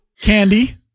Candy